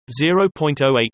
0.08